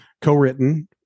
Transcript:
co-written